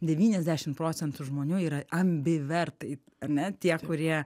devyniasdešimt procentų žmonių yra ambivertai ar ne tie kurie